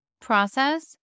process